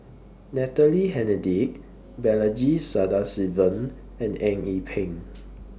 Natalie Hennedige Balaji Sadasivan and Eng Yee Peng